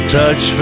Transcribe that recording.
touch